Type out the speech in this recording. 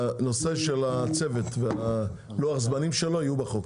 הנושא של הצוות ולוח הזמנים שלו יהיו בחוק.